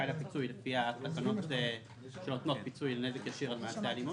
לפיצוי לפי התקנות שנותנות פיצוי לנזק ישיר על מעשה אלימות.